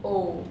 old